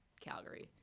Calgary